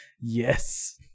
Yes